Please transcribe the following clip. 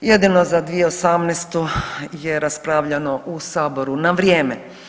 Jedino za 2018. je raspravljano u Saboru na vrijeme.